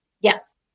Yes